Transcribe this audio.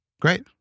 Great